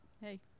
hey